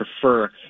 prefer